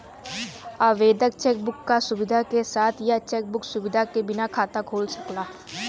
आवेदक cheque book क सुविधा के साथ या चेक बुक सुविधा के बिना खाता खोल सकला